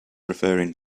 referring